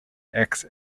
acts